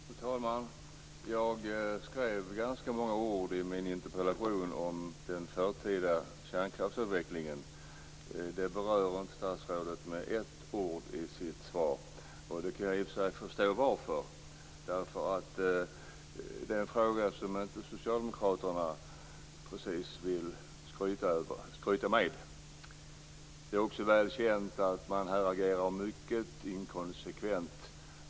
Fru talman! Jag skrev ganska många ord i min interpellation om den förtida kärnkraftsavvecklingen. Detta berör inte statsrådet med ett ord i sitt svar. Jag kan i och för sig förstå varför. Det är inte precis en fråga som socialdemokraterna vill skryta med. Det är också väl känt att man här agerar mycket inkonsekvent.